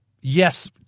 yes